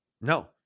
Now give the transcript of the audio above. No